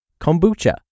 kombucha